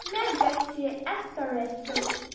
مےٚ گژھِ ایسپریسو